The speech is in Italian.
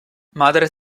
madre